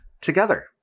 together